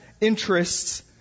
interests